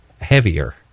heavier